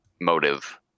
motive